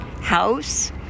house